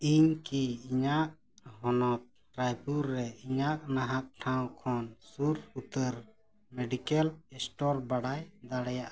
ᱤᱧ ᱠᱤ ᱤᱧᱟᱹᱜ ᱦᱚᱱᱚᱛ ᱨᱟᱭᱯᱩᱨ ᱨᱮ ᱤᱧᱟᱹᱜ ᱱᱟᱦᱟᱜ ᱴᱷᱟᱶ ᱠᱷᱚᱱ ᱥᱩᱨ ᱩᱛᱟᱹᱨ ᱵᱟᱲᱟᱭ ᱫᱟᱲᱮᱭᱟᱜᱼᱟ